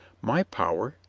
my power?